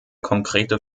konkrete